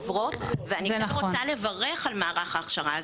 עוברות ואני פשוט רוצה לברך על מערך ההכשרה הזה,